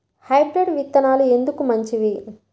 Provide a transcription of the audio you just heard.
Hybrid విత్తనాలు ఎందుకు మంచివి?